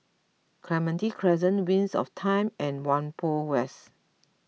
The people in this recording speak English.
Clementi Crescent Wings of Time and Whampoa West